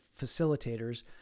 facilitators